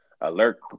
alert